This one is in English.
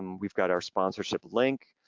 we've got our sponsorship link.